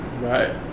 Right